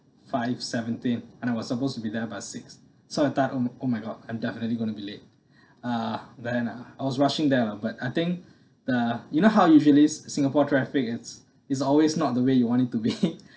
five seventeen and I was supposed to be there by six so I thought oh my oh my god I'm definitely gonna be late uh then uh I was rushing there lah but I think uh you know how usually singapore traffic it's it's always not the way you want it to be